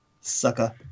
sucker